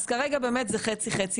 אז כרגע באמת זה חצי חצי.